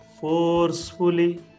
forcefully